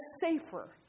safer